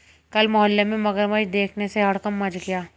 कल मोहल्ले में मगरमच्छ देखने से हड़कंप मच गया